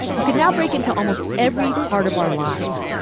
who can now break into almost every part of our lives.